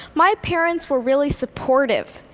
my parents were really supportive.